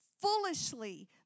Foolishly